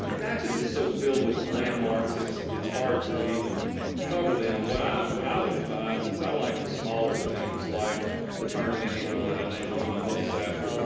natchez is so filled with landmarks. it's it's hard to even cover them. what i what i would advise is i like the smaller things, like the turning angel that i named one of my books after.